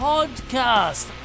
Podcast